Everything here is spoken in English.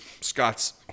Scott's